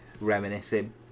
Reminiscing